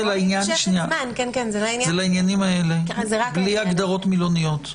זה לעניינים האלה, בלי הגדרות מילוניות.